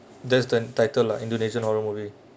that's the title lah indonesian horror movie